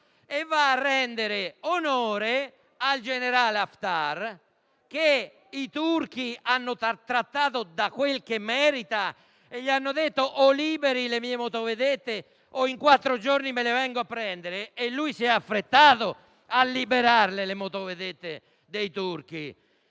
e va a rendere onore al generale Haftar, che i turchi hanno trattato da quel che merita. I turchi infatti gli hanno detto: "O liberi le mie motovedette, o in quattro giorni me le vengo a prendere"; e lui si è affrettato a liberare le motovedette dei turchi.